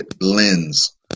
lens